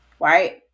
right